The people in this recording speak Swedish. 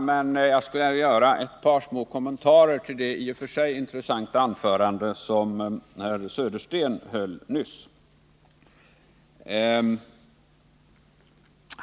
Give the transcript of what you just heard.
Men jag vill göra ett par små kommentarer till det i och för sig intressanta anförande som herr Södersten höll nyss.